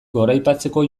goraipatzeko